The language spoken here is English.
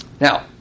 Now